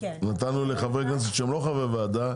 נתנו לחברי כנסת שהם לא חברי ועדה.